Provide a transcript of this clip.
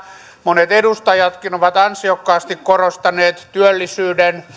monet edustajatkin ovat ansiokkaasti korostaneet työllisyyden